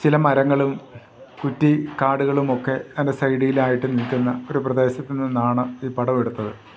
ചില മരങ്ങളും കുറ്റിക്കാടുകളുമൊക്കെ എൻ്റെ സൈഡിലായിട്ട് നിൽക്കുന്ന ഒരു പ്രദേശത്തു നിന്നാണ് ഈ പടമെടുത്തത്